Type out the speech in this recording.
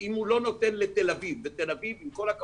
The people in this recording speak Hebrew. אם הוא לא נותן לתל אביב, ותל אביב עם הכבוד,